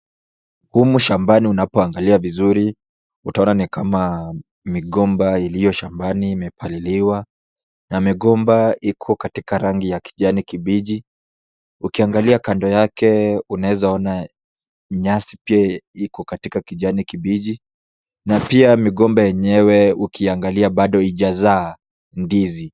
Humu shambani unapoangalia vizuri utaona ni kama migomba iliyo shambani imepaliliwa na migomba iko katika rangi ya kijani kibichi. Ukiangalia kando yake unaweza ona nyasi pia iko katika kijani kibichi na pia migomba yenyewe ukiangalia bado hijazaa ndizi.